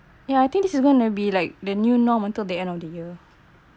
ya I think this is gonna be like the new norm until the end of the year